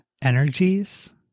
energies